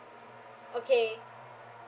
okay